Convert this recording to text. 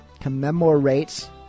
commemorates